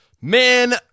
Man